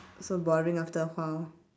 so boring after a while